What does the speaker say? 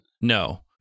No